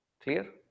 Clear